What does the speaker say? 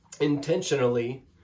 intentionally